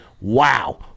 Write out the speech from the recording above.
wow